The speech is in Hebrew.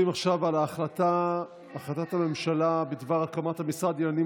להצבעה על הודעת הממשלה בדבר הקמת המשרד לעניינים